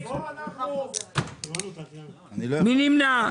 מי נמנע?